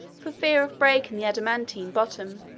for fear of breaking the adamantine bottom